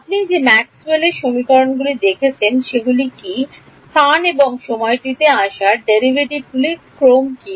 আপনি যে ম্যাক্সওয়েলের Maxwell'sসমীকরণগুলি দেখেছেন সেগুলি কী স্থান এবং সময়টিতে আসা ডেরিভেটিভগুলির ক্রম কী